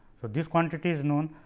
so, this quantity is known,